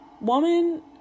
Woman